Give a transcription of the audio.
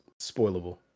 spoilable